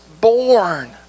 born